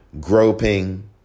groping